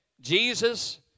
Jesus